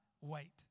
wait